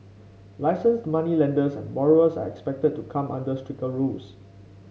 licensed moneylenders and borrowers are expected to come under stricter rules